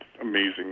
amazing